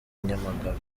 nyamagabe